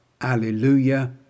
Alleluia